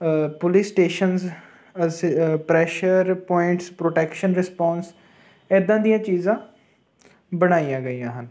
police stations as pressure points protection response ਇੱਦਾਂ ਦੀਆਂ ਚੀਜ਼ਾਂ ਬਣਾਈਆਂ ਗਈਆਂ ਹਨ